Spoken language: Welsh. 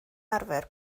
arfer